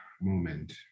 moment